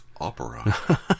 opera